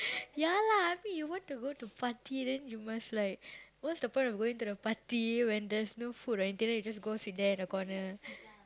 ya lah I mean you want to go to party then you must like what's the point of going to the party when there's no food and then you just go sit there in the corner